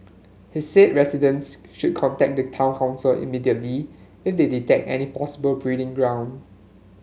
he said residents should contact the town council immediately if they detect any possible breeding ground